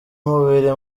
mubiri